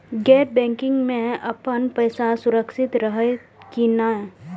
गैर बैकिंग में अपन पैसा सुरक्षित रहैत कि नहिं?